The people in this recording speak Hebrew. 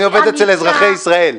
אני עובד אצל אזרחי ישראל.